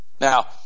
Now